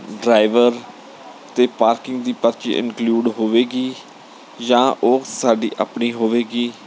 driver ਅਤੇ parking ਦੀ ਪਰਚੀ ਇੰਨਕਲੂਡ ਹੋਵੇਗੀ ਜਾਂ ਉਹ ਸਾਡੀ ਆਪਣੀ ਹੋਵੇਗੀ